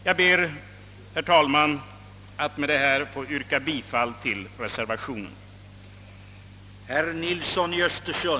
Jag ber, herr talman, med dessa ord att få yrka bifall till reservationen.